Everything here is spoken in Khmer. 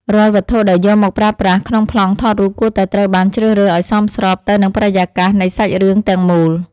រាល់វត្ថុដែលយកមកប្រើប្រាស់ក្នុងប្លង់ថតរូបគួរតែត្រូវបានជ្រើសរើសឱ្យសមស្របទៅនឹងបរិយាកាសនៃសាច់រឿងទាំងមូល។